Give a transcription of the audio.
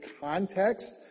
context